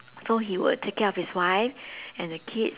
so he will take care of his wife and the kids